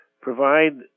provide